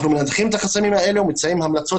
אנחנו ממפים את החסמים האלה ומציעים המלצות